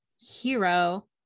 hero